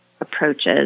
approaches